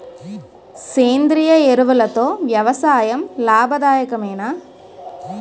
సేంద్రీయ ఎరువులతో వ్యవసాయం లాభదాయకమేనా?